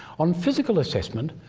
on physical assessment,